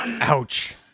Ouch